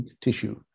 tissue